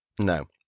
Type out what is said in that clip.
no